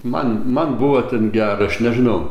man man buvo ten gera aš nežinau